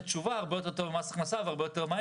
התשובה הרבה יותר טוב ממס הכנסה והרבה יותר מהר.